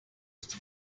ist